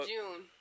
June